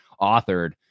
authored